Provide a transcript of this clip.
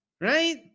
right